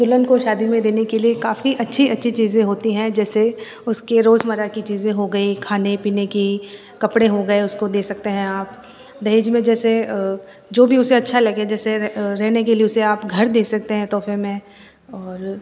दुल्हन को शादी में देने के लिए काफ़ी अच्छी अच्छी चीज़ें होती हैं जैसे उसके रोज़मर्रा की चीज़ें हो गईं खाने पीने की कपड़े हो गए उसको दे सकते हैं आप दहेज में जैसे जो भी उसे अच्छा लगे जैसे रहने के लिए घर दे सकते हैं तोहफ़े में और